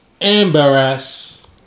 embarrass